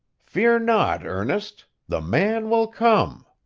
fear not, ernest the man will come